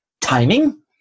timing